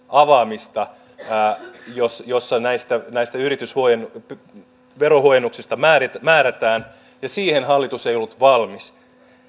avaamista jossa näistä näistä verohuojennuksista määrätään ja siihen hallitus ei ollut valmis